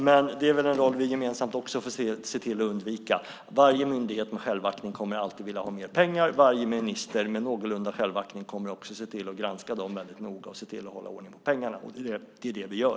Men det är väl en roll vi gemensamt får se till att undvika. Varje myndighet med självaktning kommer alltid att vilja ha mer pengar. Varje minister med någorlunda självaktning kommer också att se till att granska dem väldigt noga och se till att hålla ordning på pengarna. Det är det vi gör.